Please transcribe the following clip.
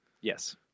Yes